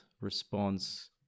response